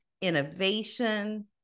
innovation